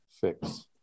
Fix